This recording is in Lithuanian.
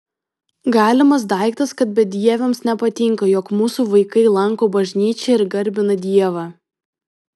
galimas daiktas kad bedieviams nepatinka jog mūsų vaikai lanko bažnyčią ir garbina dievą